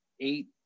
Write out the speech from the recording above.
eight